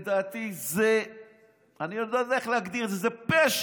לדעתי, אני עוד לא יודע איך להגדיר את זה, זה פשע